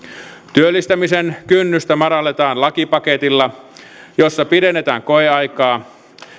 työllistämisen kynnystä madalletaan lakipaketilla jossa pidennetään koeaikaa